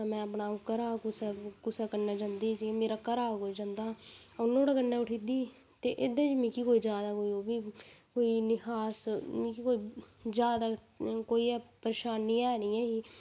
में अपने घरा कुसै कन्ने जंदी जि'यां घरा कोई जंदा नुहाड़े कन्ने उठी जंदी ते एह्दे च मिकी कोई ज्यादा कोई इन्नी खास मिगी कोई परेशानी है नेही ऐही